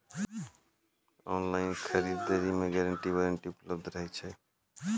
Online खरीद दरी मे गारंटी वारंटी उपलब्ध रहे छै?